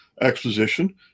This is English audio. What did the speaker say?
exposition